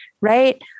right